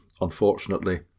unfortunately